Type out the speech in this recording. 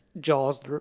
Jaws